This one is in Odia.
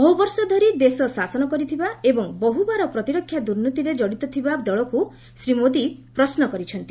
ବହୁ ବର୍ଷ ଧରି ଦେଶ ଶାସନ କରିଥିବା ଏବଂ ବହୁବାର ପ୍ରତିରକ୍ଷା ଦୁର୍ନୀତିରେ ଜଡ଼ିତ ଥିବା ଦଳକୁ ଶ୍ରୀ ମୋଦି ପ୍ରଶ୍ନ କରିଛନ୍ତି